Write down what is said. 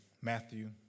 Matthew